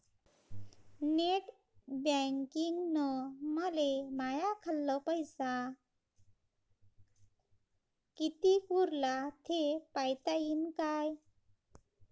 Net बँकिंगनं मले माह्या खाल्ल पैसा कितीक उरला थे पायता यीन काय?